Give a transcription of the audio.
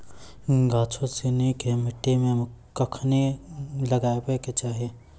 गाछो सिनी के मट्टी मे कखनी लगाबै के चाहि?